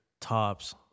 tops